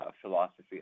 philosophy